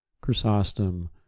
Chrysostom